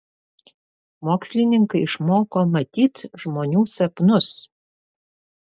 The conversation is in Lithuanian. mokslininkai išmoko matyt žmonių sapnus